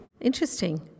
Interesting